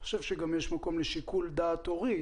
אני חושב שיש מקום לשיקול דעת הורי.